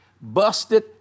busted